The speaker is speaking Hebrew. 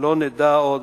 ולא נדע עוד,